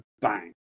bang